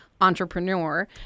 entrepreneur